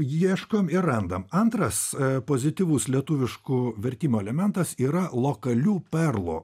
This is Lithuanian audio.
ieškom ir randam antras pozityvus lietuviškų vertimo elementas yra lokalių perlų